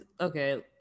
okay